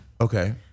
Okay